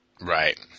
Right